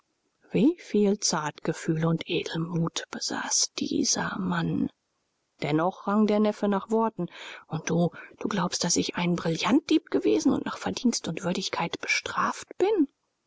wie viel zartgefühl und edelmut besaß dieser mann dennoch rang der neffe nach worten und du du glaubst daß ich ein brillantdieb gewesen und nach verdienst und würdigkeit bestraft bin